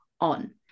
on